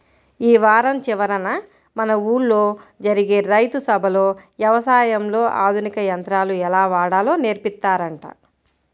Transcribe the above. యీ వారం చివరన మన ఊల్లో జరిగే రైతు సభలో యవసాయంలో ఆధునిక యంత్రాలు ఎలా వాడాలో నేర్పిత్తారంట